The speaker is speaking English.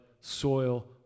soil